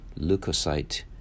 leukocyte